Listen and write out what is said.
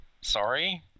sorry